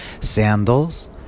sandals